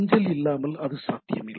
அஞ்சல் இல்லாமல் அது சாத்தியமில்லை